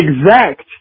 exact